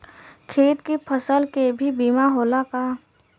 खेत के फसल के भी बीमा होला का?